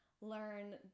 learn